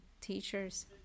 teachers